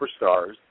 superstars